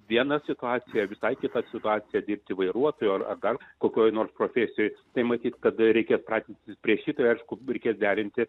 vieną situaciją taikyti atsisakė dirbti vairuotoju ar gal kokioje nors profesijoje tai matyt kad reikia pratinti prie šito aišku reikės derinti